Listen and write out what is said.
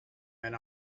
men